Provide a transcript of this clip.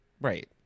right